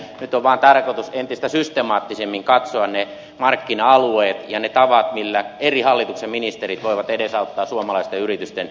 nyt on vaan tarkoitus entistä systemaattisemmin katsoa ne markkina alueet ja ne tavat millä hallituksen eri ministerit voivat edesauttaa suomalaisten yritysten vientiponnisteluja